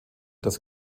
das